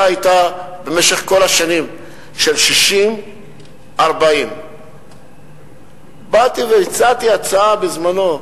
במשך כל השנים החלוקה היתה של 60 40. באתי והצעתי הצעה בזמנו: